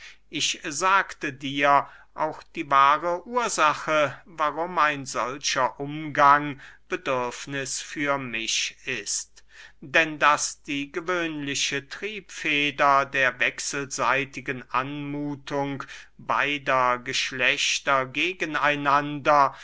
ich sagte dir auch die wahre ursache warum ein solcher umgang bedürfniß für mich ist denn daß die gewöhnliche triebfeder der wechselseitigen anmuthung beider geschlechter gegen einander